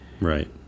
right